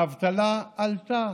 האבטלה עלתה,